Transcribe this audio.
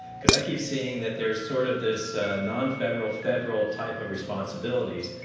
because i keep seeing that there is sort of this nonfederal federal type of responsibilities,